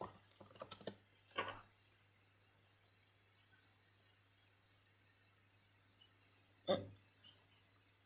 mm